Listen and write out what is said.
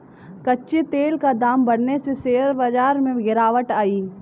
कच्चे तेल का दाम बढ़ने से शेयर बाजार में गिरावट आई